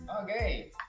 Okay